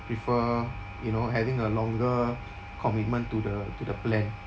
prefer you know having a longer commitment to the to the plan